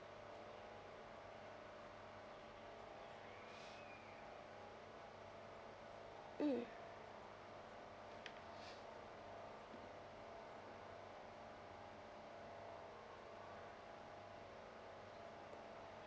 mm